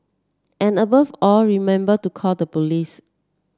and above all remember to call the police